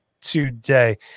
today